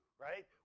right